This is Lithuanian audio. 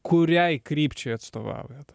kuriai krypčiai atstovaujat